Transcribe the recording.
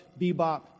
bebop